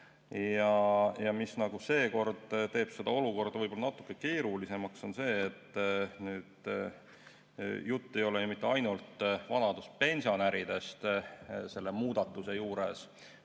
rakendada. Seekord teeb selle olukorra võib-olla natuke keerulisemaks see, et jutt ei ole mitte ainult vanaduspensionäridest selle muudatuse juures,